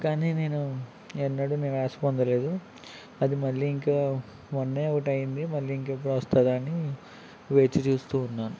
కానీ నేను ఎన్నడూ నిరాశ పొందలేదు అది మళ్ళీ ఇంకా మొన్నే ఒకటి అయ్యింది మళ్ళీ ఇంకెప్పుడు వస్తుందా అని వేచి చూస్తూ ఉన్నాను